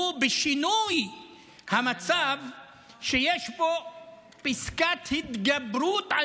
היא בשינוי המצב שיש בו פסקת התגברות על